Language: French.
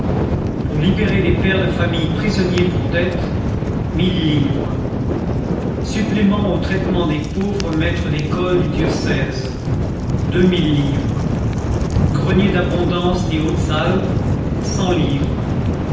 pour libérer des pères de famille prisonniers pour dettes mille livres supplément au traitement des pauvres maîtres d'école du diocèse deux mille livres grenier d'abondance des hautes-alpes cent livres